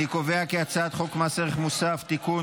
אני קובע כי הצעת חוק מס ערך מוסף (תיקון,